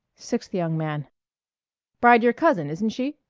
sixth young man bride your cousin, isn't she?